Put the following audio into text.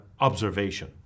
observation